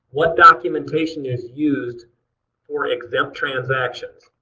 what documentation is used for exempt transactions?